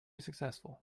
successful